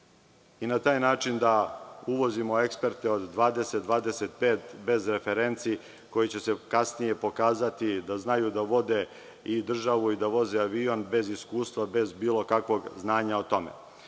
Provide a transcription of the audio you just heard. taj način da uvozimo eksperte od 20, 25 bez referenci koji će se kasnije pokazati da znaju da vode i državu, da voze avion, bez iskustva, bez bilo kakvog znanja o tome.